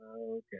okay